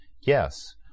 Yes